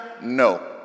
no